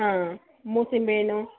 ಹಾಂ ಮೂಸಂಬಿ ಅಣ್ಣು